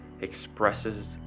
expresses